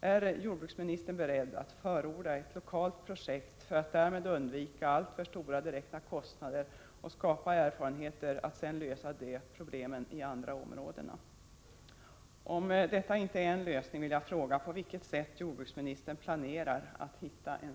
Är jordbruksministern beredd att förorda ett lokalt projekt för att därmed undvika alltför stora direkta kostnader och skapa erfarenheter att sedan lösa problemen i andra områden?